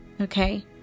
okay